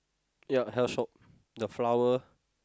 ya hair shop the flower